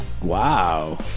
Wow